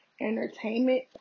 entertainment